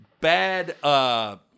bad